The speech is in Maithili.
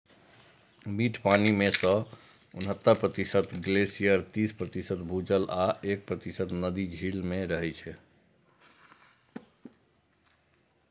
मीठ पानि मे सं उन्हतर प्रतिशत ग्लेशियर, तीस प्रतिशत भूजल आ एक प्रतिशत नदी, झील मे रहै छै